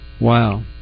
Wow